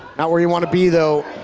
not where you wanna be though.